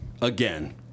again